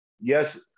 yes